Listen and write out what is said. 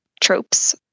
tropes